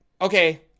okay